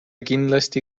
kindlasti